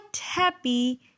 happy